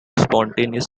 spontaneous